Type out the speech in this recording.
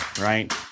Right